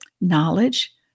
Knowledge